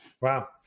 Wow